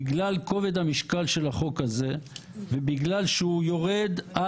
בגלל כובד המשקל של החוק הזה ובגלל שהוא יורד על